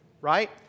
right